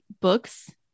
books